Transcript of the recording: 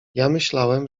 myślałem